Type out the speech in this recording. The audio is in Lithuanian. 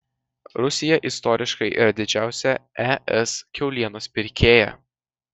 rusija istoriškai yra didžiausia es kiaulienos pirkėja